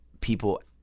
people